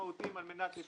TİCARET A.S. (טורקיה)